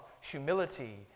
humility